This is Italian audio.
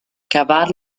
cavar